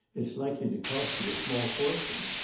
it's likely to cost you a small fortune.